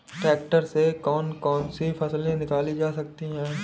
Tractor से कौन कौनसी फसल निकाली जा सकती हैं?